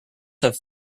have